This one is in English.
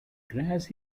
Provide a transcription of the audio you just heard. grass